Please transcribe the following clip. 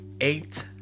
eight